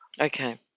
Okay